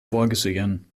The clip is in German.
vorgesehen